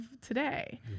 today